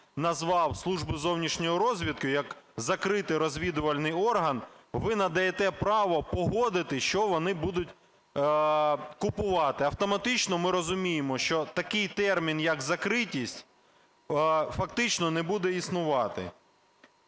назвав Службу зовнішньої розвідки, як закритий розвідувальний орган, ви надаєте право погодити, що вони будуть купувати. Автоматично ми розуміємо, що такий термін, як "закритість" фактично не буде існувати.